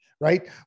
right